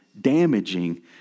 damaging